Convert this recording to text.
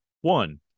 one